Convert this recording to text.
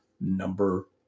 number